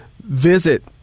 visit